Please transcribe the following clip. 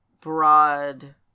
broad